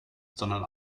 sondern